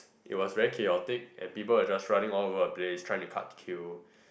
it was very chaotic and people were just running all over the place trying to cut the queue